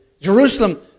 Jerusalem